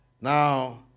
Now